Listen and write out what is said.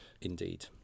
Indeed